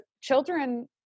children